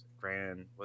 grand